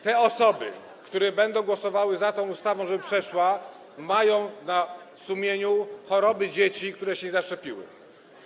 Te osoby, które będą głosowały za tą ustawą, żeby przeszła, mają na sumieniu choroby dzieci, których nie zaszczepiono.